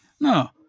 No